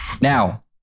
Now